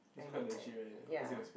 like not bad ya